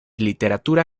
literatura